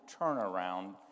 turnaround